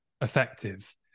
effective